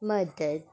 मदद